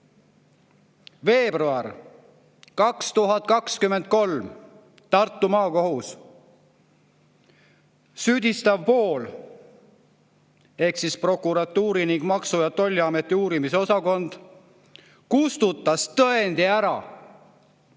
Veebruar 2023, Tartu Maakohus. Süüdistav pool ehk prokuratuuri ning Maksu- ja Tolliameti uurimisosakond kustutas tõendi ära.